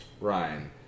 Ryan